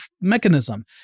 mechanism